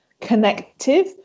connective